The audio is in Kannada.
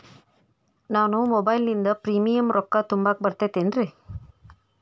ನಾನು ಮೊಬೈಲಿನಿಂದ್ ಪ್ರೇಮಿಯಂ ರೊಕ್ಕಾ ತುಂಬಾಕ್ ಬರತೈತೇನ್ರೇ?